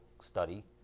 study